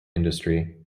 industry